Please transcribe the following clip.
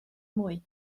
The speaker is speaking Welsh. mwy